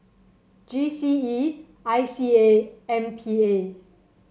G C E I C A M P A